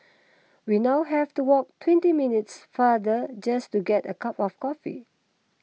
we now have to walk twenty minutes farther just to get a cup of coffee